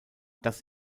das